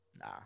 nah